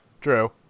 True